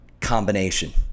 combination